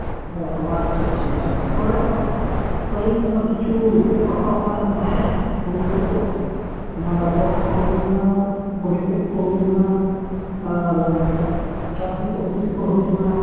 ᱚᱼᱦᱚ ᱟᱪᱪᱷᱟ ᱴᱷᱤᱠᱜᱮᱭᱟ ᱦᱳᱭ ᱟᱫᱚ ᱟᱹᱞᱤᱧ ᱠᱤᱪᱷᱩ ᱤᱛᱟᱹᱠᱚ ᱦᱟᱛᱟᱣ ᱥᱟᱱᱟᱭᱮᱫᱞᱤᱧ ᱛᱟᱦᱮᱸᱫᱼᱟ ᱦᱩᱲᱩ ᱤᱛᱟᱹᱠᱚ ᱱᱚᱣᱟ ᱥᱚᱨᱱᱚᱠᱚ ᱦᱩᱭᱮᱱᱟ ᱚᱵᱷᱤᱥᱮᱠ ᱠᱚ ᱦᱩᱭᱮᱱᱟ ᱟᱨ ᱪᱷᱟᱵᱽᱵᱤᱥ ᱩᱱᱛᱤᱨᱤᱥᱠᱚ ᱦᱩᱭᱮᱱᱟ